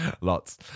Lots